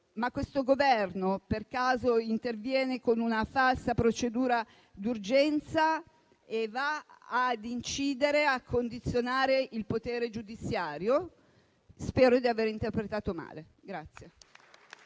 se questo Governo per caso non intervenga con una falsa procedura d'urgenza per andare a incidere e condizionare il potere giudiziario: spero di aver interpretato male.